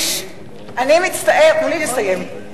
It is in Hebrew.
תנו לי לסיים.